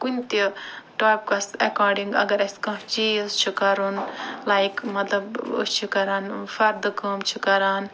کُنہِ تہِ topics according اگر اَسہِ کانٛہہ چیٖز چھُ کَرُن لایِک مطلب أسۍ چھِ کَران فردٕ کٲم چھِ کَران